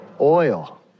oil